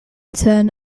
turn